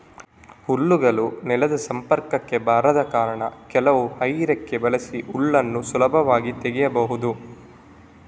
ಹಲ್ಲುಗಳು ನೆಲದ ಸಂಪರ್ಕಕ್ಕೆ ಬರದ ಕಾರಣ ಕೆಲವು ಹೇ ರೇಕ್ ಬಳಸಿ ಹುಲ್ಲನ್ನ ಸುಲಭವಾಗಿ ತೆಗೀಬಹುದು